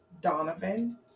Donovan